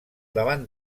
davant